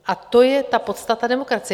A to je ta podstata demokracie.